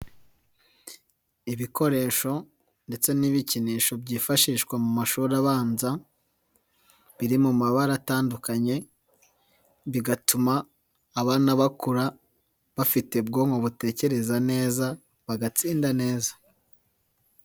Ibikoresho ndetse n'ibikinisho byifashishwa mu mashuri abanza, biri mu mabara atandukanye, bigatuma abana bakura bafite ubwonko butekereza neza bagatsinda neza.